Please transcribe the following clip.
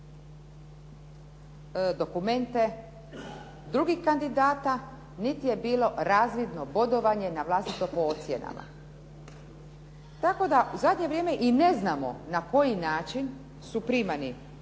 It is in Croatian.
dokumente drugih kandidata, niti je bilo razvidno bodovanje na vlastito po ocjenama. Tako da u zadnje vrijeme i ne znamo na koji način su primani